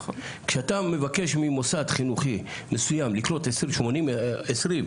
כשאתה מבקש ממוסד חינוכי מסוים 80/20,